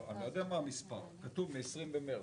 אני לא יודע מה המספר, כתוב שהמכתב מיום 20 במרץ.